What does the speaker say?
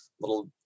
little